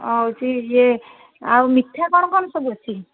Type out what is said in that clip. ହେଉଛି ୟେ ଆଉ ମିଠା କ'ଣ କ'ଣ ସବୁ ଅଛି